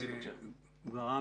גברעם